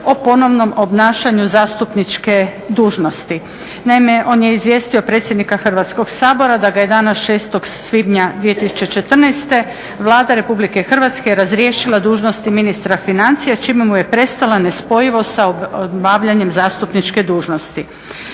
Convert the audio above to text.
o ponovnom obnašanju zastupničke dužnosti. Naime, on je izvijestio predsjednika Hrvatskog sabora da ga je dana 06. svibnja 2014. Vlada Republike Hrvatske razriješila dužnosti ministra financija čime mu je prestala nespojivost sa obavljanjem zastupničke dužnosti.